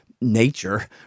nature